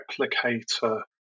replicator